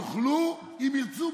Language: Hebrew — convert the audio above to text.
יוכלו, אם ירצו.